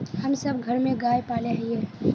हम सब घर में गाय पाले हिये?